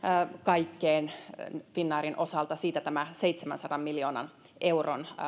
me valmistaudumme kaikkeen finnairin osalta siitä tämä seitsemänsadan miljoonan euron